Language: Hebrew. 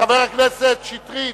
חבר הכנסת שטרית,